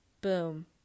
Boom